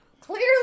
Clearly